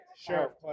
Sure